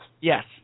Yes